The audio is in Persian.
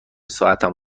ساعتم